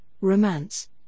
romance